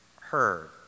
heard